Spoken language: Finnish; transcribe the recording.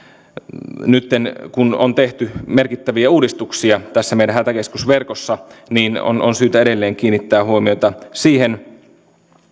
nytten kun on tehty merkittäviä uudistuksia tässä meidän hätäkeskusverkossamme on on syytä edelleen kiinnittää huomiota siihen